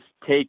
take